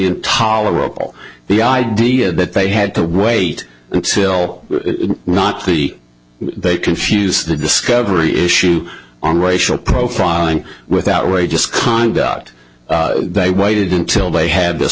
intolerable the idea that they had to wait until not the they confuse the discovery issue on racial profiling with outrageous conduct they waited until they had this